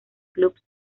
clubs